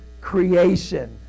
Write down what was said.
creation